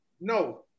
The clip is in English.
No